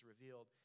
revealed